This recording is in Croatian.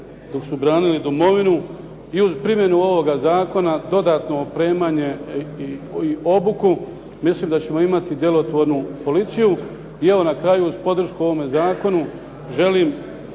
dok su branili Domovinu. I uz primjenu ovoga zakona dodatno opremanje i obuku, mislim da ćemo imati djelotvornu policiju. I evo na kraju uz podršku ovome zakonu želim